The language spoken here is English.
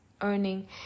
earning